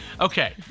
Okay